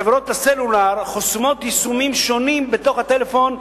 חברות הסלולר חוסמות יישומים שונים בתוך הטלפון,